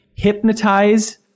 hypnotize